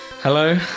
Hello